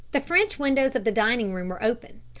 the french windows of the dining-room were open,